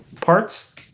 parts